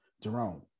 Jerome